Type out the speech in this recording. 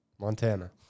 Montana